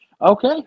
Okay